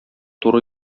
туры